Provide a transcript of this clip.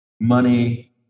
money